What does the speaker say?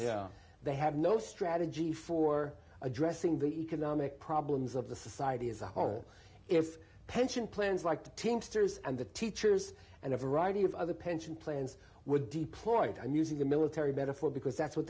is they have no strategy for addressing the economic problems of the society as a whole if pension plans like the teamsters and the teachers and a variety of other pension plans were deployed i'm using the military better for because that's what